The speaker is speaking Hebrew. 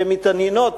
שמתעניינות